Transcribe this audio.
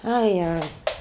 !aiya!